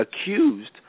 accused